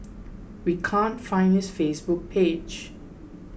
we can't find his Facebook page